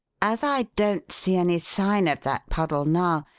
as i don't see any sign of that puddle now,